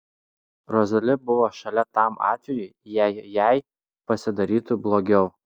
rozali buvo šalia tam atvejui jei jai pasidarytų blogiau